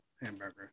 hamburger